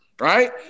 right